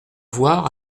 voir